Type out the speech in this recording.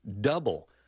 Double